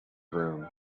room